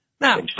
Now